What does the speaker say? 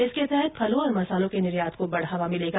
इसके तहत फलों और मसालों के निर्यात को बढावा मिलेगा